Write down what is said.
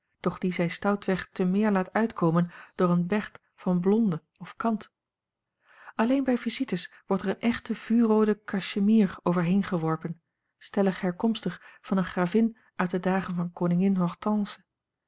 doch die zij stoutweg te meer laat uitkomen door een berthe van blonde of kant alleen bij visites wordt er eene echte vuurroode cachemire overheen geworpen stellig herkomstig van eene gravin uit de dagen van koningin